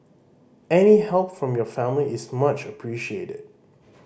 any help from your family is much appreciated